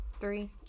Three